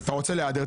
אתה רוצה להיעדר?